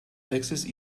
axis